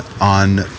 on